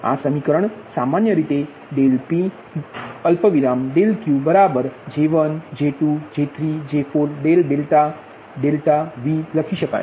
તેથી આ સમીકરણ સામાન્ય રીતે ΔP ΔQ બરાબર J1J2J3J4∆δ∆Vલખી શકાય